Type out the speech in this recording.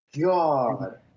God